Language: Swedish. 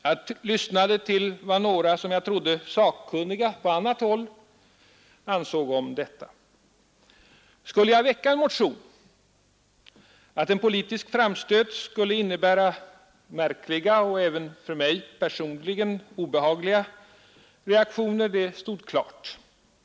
Jag lyssnade till vad några, som jag trodde, sakkunniga på annat håll ansåg om detta. Skulle jag väcka en motion? Att en politisk framstöt skulle innebära märkliga och även för mig personligen obehagliga reaktioner stod klart.